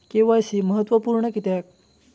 KYC महत्त्वपुर्ण किद्याक?